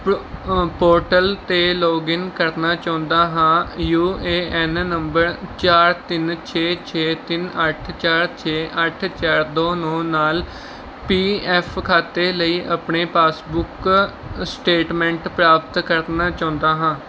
ਪੋ ਪੋਟਲ 'ਤੇ ਲੌਗਿਨ ਕਰਨਾ ਚਾਹੁੰਦਾ ਹਾਂ ਯੂ ਏ ਐੱਨ ਨੰਬਰ ਚਾਰ ਤਿੰਨ ਛੇ ਛੇ ਤਿੰਨ ਅੱਠ ਚਾਰ ਛੇ ਅੱਠ ਚਾਰ ਦੋ ਨੌ ਨਾਲ ਪੀ ਐੱਫ ਖਾਤੇ ਲਈ ਆਪਣੇ ਪਾਸਬੁਕ ਸਟੇਟਮੈਂਟ ਪ੍ਰਾਪਤ ਕਰਨਾ ਚਾਹੁੰਦਾ ਹਾਂ